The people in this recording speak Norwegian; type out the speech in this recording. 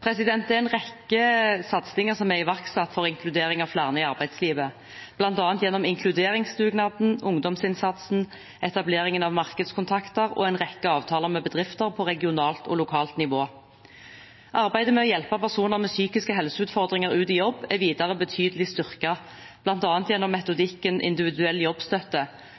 Det er en rekke satsinger som er iverksatt for inkludering av flere i arbeidslivet, bl.a. gjennom inkluderingsdugnaden, ungdomsinnsatsen, etableringen av markedskontakter og en rekke avtaler med bedrifter på regionalt og lokalt nivå. Arbeidet med å hjelpe personer med psykiske helseutfordringer ut i jobb er videre betydelig styrket, bl.a. gjennom metodikken individuell jobbstøtte,